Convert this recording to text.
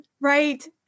right